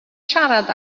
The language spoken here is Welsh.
siarad